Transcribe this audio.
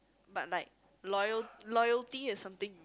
but like loyal loyalty is something